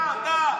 אתה, אתה.